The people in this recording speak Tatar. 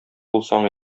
булсаң